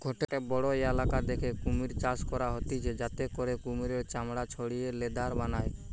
গটে বড়ো ইলাকা দ্যাখে কুমির চাষ করা হতিছে যাতে করে কুমিরের চামড়া ছাড়িয়ে লেদার বানায়